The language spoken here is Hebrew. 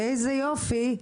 ואיזה יופי,